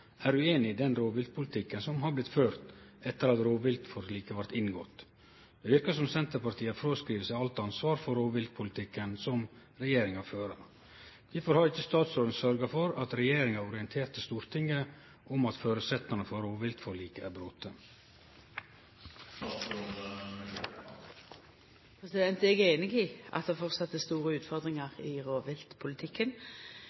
er ueinige i den rovviltpolitikken som har vorte ført etter at rovviltforliket vart inngått. Det verkar som om Senterpartiet har fråskrive seg alt ansvar for rovviltpolitikken som regjeringa fører. Kvifor har ikkje statsråden sørgt for at regjeringa orienterte Stortinget om at føresetnadane for rovviltforliket er brotne?» Eg er einig i at det framleis er store